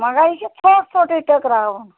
مگر یہِ چھُ ژھوٚٹ ژھوٚٹُے ٹٔکراوُن